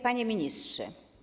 Panie Ministrze!